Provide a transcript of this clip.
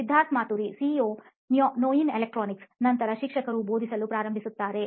Siddharth Maturi CEO ನೋಯಿನ್ ಎಲೆಕ್ಟ್ರಾನಿಕ್ಸ್ನಂತರ ಶಿಕ್ಷಕರು ಬೋಧಿಸಲು ಪ್ರಾರಂಭಿಸುತ್ತಾರೆ